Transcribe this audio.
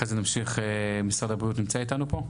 אחרי זה נמשיך, משרד הבריאות נמצא איתנו פה?